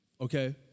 Okay